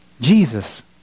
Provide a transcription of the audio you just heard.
Jesus